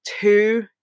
two